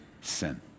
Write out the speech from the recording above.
sin